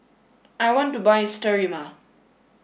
I want to buy Sterimar